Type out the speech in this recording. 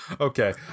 Okay